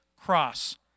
cross